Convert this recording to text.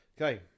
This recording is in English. Okay